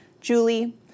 Julie